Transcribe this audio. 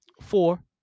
Four